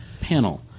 panel